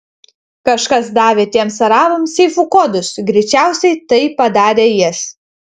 kažkas davė tiems arabams seifų kodus greičiausiai tai padarė jis